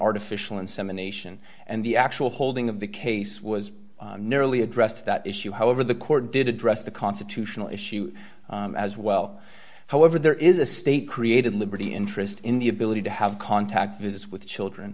artificial insemination and the actual holding of the case was nearly addressed that issue however the court did address the constitutional issue as well however there is a state created liberty interest in the ability to have contact visits with children